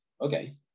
okay